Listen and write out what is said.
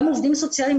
גם עובדים סוציאליים.